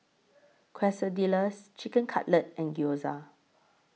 Quesadillas Chicken Cutlet and Gyoza